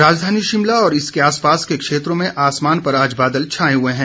राजधानी शिमला और इसके आसपास के क्षेत्रों में आसमान पर बादल छाये हुए हैं